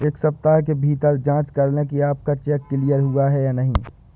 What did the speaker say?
एक सप्ताह के भीतर जांच लें कि आपका चेक क्लियर हुआ है या नहीं